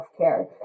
healthcare